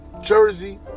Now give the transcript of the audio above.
Jersey